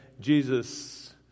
Jesus